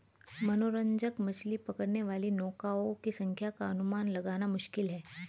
मनोरंजक मछली पकड़ने वाली नौकाओं की संख्या का अनुमान लगाना मुश्किल है